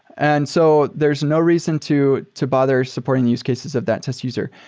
and so there's no reason to to bother supporting the use cases of that test user.